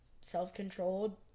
self-controlled